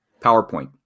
powerpoint